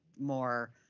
more